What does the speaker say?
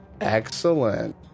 excellent